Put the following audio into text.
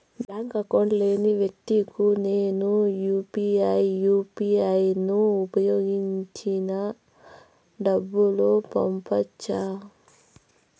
Bank account లేని వ్యక్తులకు నేను యు పి ఐ యు.పి.ఐ ను ఉపయోగించి డబ్బు పంపొచ్చా?